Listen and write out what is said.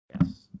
Yes